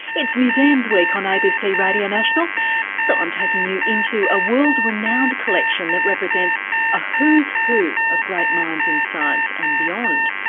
it's museums week on abc radio national so i'm taking you into a world-renowned collection that represents a who's who of great minds in science and beyond.